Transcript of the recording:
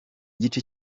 gice